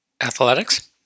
athletics